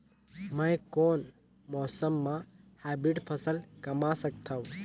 मै कोन मौसम म हाईब्रिड फसल कमा सकथव?